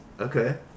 Okay